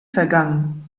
vergangen